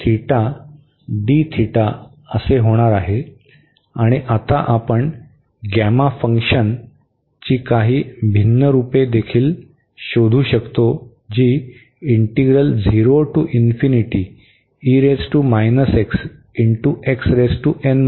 आणि आता आपण गॅमा फंक्शन चे काही भिन्न रूप देखील शोधू शकतो जे आहे